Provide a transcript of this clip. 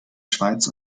schweiz